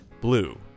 Blue